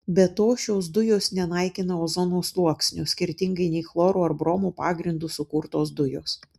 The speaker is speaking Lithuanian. be to šios dujos nenaikina ozono sluoksnio skirtingai nei chloro ar bromo pagrindu sukurtos dujos